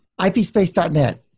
Ipspace.net